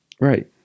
Right